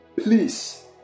please